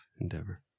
endeavor